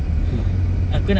tu lah